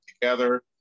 together